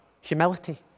humility